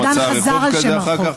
אבל המוקדן חזר על שם הרחוב.